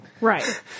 Right